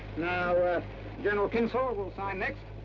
now general kinzel will sign next.